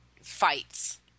fights